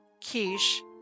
Kish